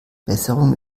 besserung